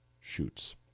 shoots